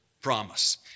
promise